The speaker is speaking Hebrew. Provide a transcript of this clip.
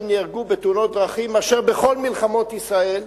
נהרגו בתאונות הדרכים מאשר בכל מלחמות ישראל,